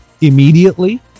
immediately